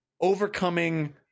overcoming